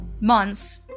months